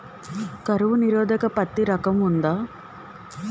కరువు నిరోధక పత్తి రకం ఉందా?